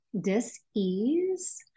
dis-ease